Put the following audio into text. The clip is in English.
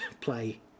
play